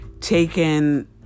taken